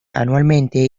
anualmente